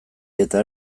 eta